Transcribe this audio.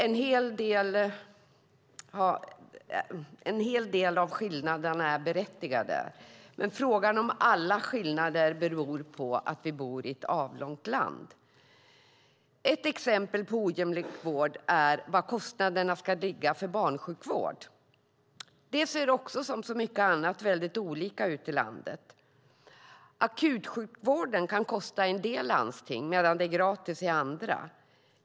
En hel del av skillnaderna är berättigade. Men frågan är om alla skillnader beror på att vi bor i ett avlångt land. Ett exempel på ojämlik vård är var kostnaderna för barnsjukvård ska ligga. Det ser också, som så mycket annat, olika ut i landet. Akutsjukvården kan kosta i en del landsting, medan den är gratis i andra.